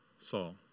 Saul